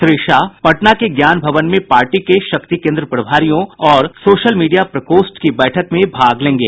श्री शाह पटना के ज्ञान भवन में पार्टी के शक्ति केन्द्र प्रभारियों और सोशल मीडिया प्रकोष्ठ की बैठक में भाग लेंगे